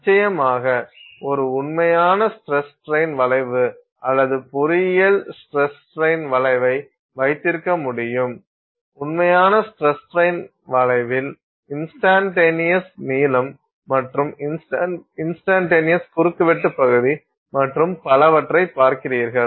நிச்சயமாக ஒரு உண்மையான ஸ்டிரஸ் ஸ்ட்ரெயின் வளைவு அல்லது ஒரு பொறியியல் ஸ்டிரஸ் ஸ்ட்ரெயின் வளைவை வைத்திருக்க முடியும் உண்மையான ஸ்டிரஸ் ஸ்ட்ரெயின் வளைவில் இன்ஸ்டன்டனியஸ் நீளம் மற்றும் இன்ஸ்டன்டனியஸ் குறுக்கு வெட்டு பகுதி மற்றும் பலவற்றைப் பார்க்கிறீர்கள்